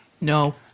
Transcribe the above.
No